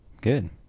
good